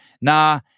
Nah